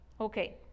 Okay